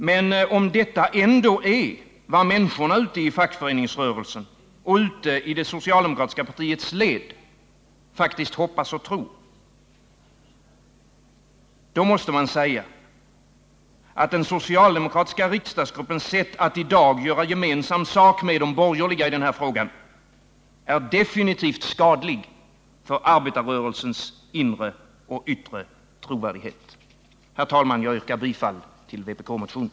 Men om detta ändå är vad människorna ute i fackföreningsrörelsen och ute i det socialdemokratiska partiets led faktiskt hoppas och tror, då måste man säga att den socialdemokratiska riksdagsgruppens sätt att i dag göra gemensam sak med de borgerliga i den här frågan är definitivt skadlig för arbetarrörelsens inre och yttre trovärdighet. Herr talman! Jag yrkar bifall till vpk-motionen.